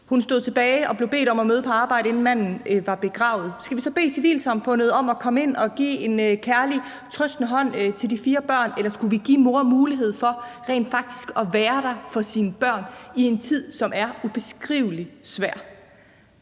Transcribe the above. Hun stod tilbage og blev bedt om at møde på arbejde, inden manden var begravet. Skal vi så bede civilsamfundet om at komme ind at give en kærlig, trøstende hånd med de fire børn, eller skulle vi give mor mulighed for rent faktisk at være der for sine børn i en tid, som er ubeskrivelig svær?